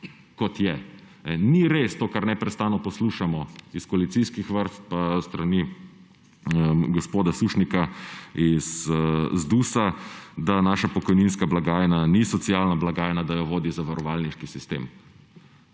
kot je. Ni res to, kar neprestano poslušamo iz koalicijskih vrst in s strani gospoda Sušnika iz ZDUS – da naša pokojninska blagajna ni socialna blagajna, da jo vodi zavarovalniški sistem.